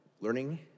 learning